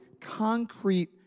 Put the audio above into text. concrete